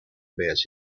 bears